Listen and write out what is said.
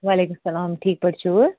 وعلیکُم السلام ٹھیٖک پٲٹھۍ چھِوٕ